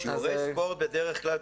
שיעורי ספורט בדרך כלל,